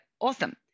awesome